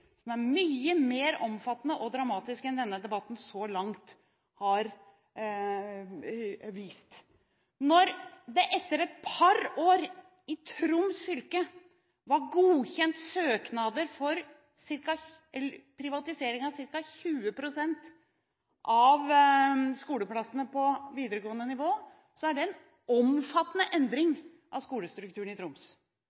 som er mye mer omfattende og dramatisk enn det denne debatten så langt har vist. Når det etter et par år i Troms fylke ble godkjent søknader for privatisering av ca. 20 pst. av skoleplassene på videregående nivå, er det en omfattende endring